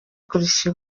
kurusha